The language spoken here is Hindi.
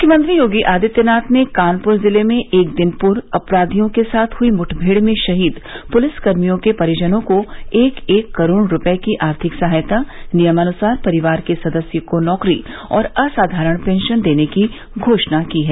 मुख्यमंत्री योगी आदित्यानाथ ने कानपुर जिले में एक दिन पूर्व अपराधियों के साथ हुई मुठभेड़ में शहीद पुलिसकर्मियों के परिजनों को एक एक करोड़ रूपए की आर्थिक सहायता नियमानुसार परिवार के सदस्य को नौकरी और असाधारण पेंशन देने की घोषणा की है